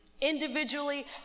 individually